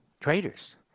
Traitors